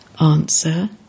Answer